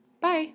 Bye